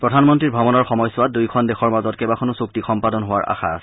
প্ৰধানমন্ত্ৰীৰ ভ্ৰমণৰ সময়ছোৱাত দুয়োখন দেশৰ মাজত কেইবাখনো চুক্তি সম্পাদন হোৱাৰ আশা আছে